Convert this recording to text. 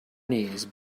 knees